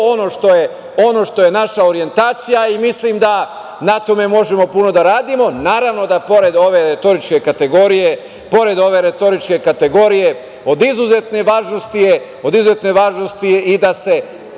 ono što je naša orjentacija. Mislim da na tome možemo puno da radimo. Naravno, da pored ove retoričke kategorije od izuzetne važnosti je i da se